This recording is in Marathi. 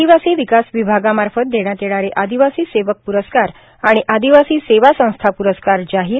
आदिवासी विकास विभागामार्फत देण्यात येणारे आदिवासी सेवक प्रस्कार आणि आदिवासी सेवा संस्था प्रस्कार जाहीर